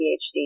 PhD